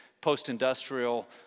post-industrial